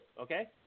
okay